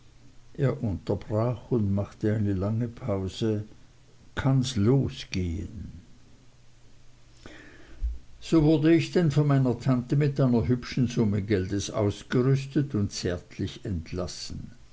unterbrach und machte eine lange pause kanns losgehen so wurde ich denn von meiner tante mit einer hübschen summe geldes ausgerüstet und zärtlich entlassen